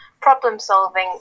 problem-solving